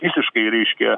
visiškai reiškia